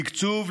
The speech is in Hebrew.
תקצוב,